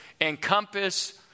encompass